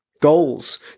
goals